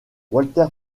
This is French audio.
walter